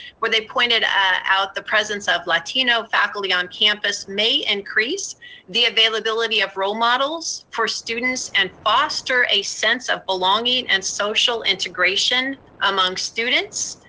where they pointed out the presence of latino faculty on campus may increase the availability of role models for students, and foster a sense of belonging and social integration among students.